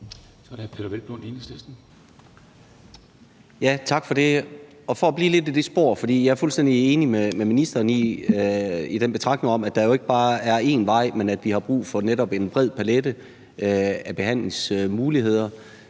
Tak for det. Jeg vil blive lidt i det spor, for jeg er fuldstændig enig med ministeren i den betragtning om, at der jo ikke bare er én vej, men at vi jo netop har brug for en bred palet af behandlingsmuligheder,